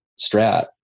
Strat